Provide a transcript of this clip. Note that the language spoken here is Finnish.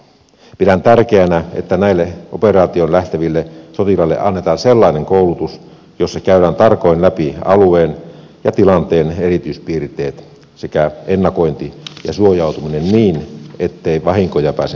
pidän tärkeänä että näille operaatioon lähteville sotilaille annetaan sellainen koulutus jossa käydään tarkoin läpi alueen ja tilanteen erityispiirteet sekä ennakointi ja suojautuminen niin ettei vahinkoja pääse sattumaan